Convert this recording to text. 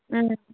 ꯎꯝ